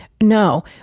No